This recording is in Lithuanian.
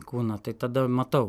kūno tai tada matau